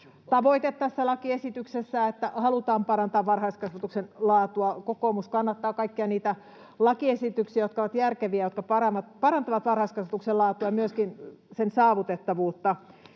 tavoite tässä lakiesityksessä, että halutaan parantaa varhaiskasvatuksen laatua. Kokoomus kannattaa kaikkia niitä lakiesityksiä, jotka ovat järkeviä ja jotka parantavat varhaiskasvatuksen laatua ja myöskin sen saavutettavuutta.